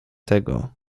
tego